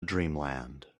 dreamland